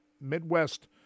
Midwest